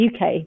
UK